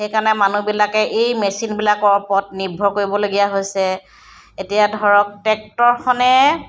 সেইকাৰণে মানুহবিলাকে এই মেচিনবিলাকৰ ওপৰত নিৰ্ভৰ কৰিবলগীয়া হৈছে এতিয়া ধৰক টেক্টৰখনে